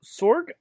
Sorg